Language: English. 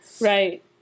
Right